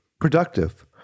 productive